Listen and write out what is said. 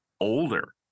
older